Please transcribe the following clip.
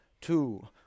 two